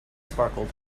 sparkled